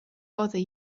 bother